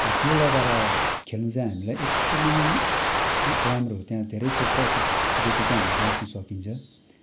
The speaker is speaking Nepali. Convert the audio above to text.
त्यो लगाएर खेल्नु चाहिँ हामीलाई एकदमै राम्रो त्यहाँ धेरै चोटपटकदेखि चाहिँ हामी बाँच्नु सकिन्छ